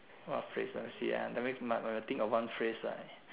what phrase ah you see ah that means you must must think of one phrase right